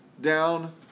down